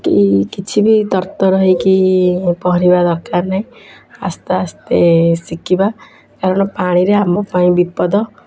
କି କିଛି ବି ତରତର ହୋଇକି ପହଁରିବା ଦରକାର ନାହିଁ ଆସ୍ତେ ଆସ୍ତେ ଶିଖିବା କାରଣ ପାଣିରେ ଆମ ପାଇଁ ବିପଦ